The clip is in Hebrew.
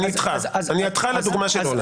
אני איתך על הדוגמה של הולנד.